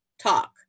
talk